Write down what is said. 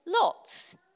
lots